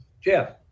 Jeff